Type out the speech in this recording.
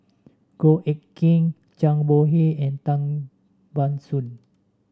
Goh Eck Kheng Zhang Bohe and Tan Ban Soon